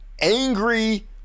angry